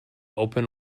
open